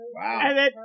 Wow